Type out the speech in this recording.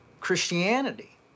Christianity